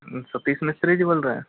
सतीश मिस्त्री जी बोल रहे हैं